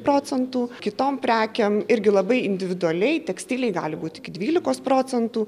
procentų kitom prekėm irgi labai individualiai tekstilei gali būti iki dvylikos procentų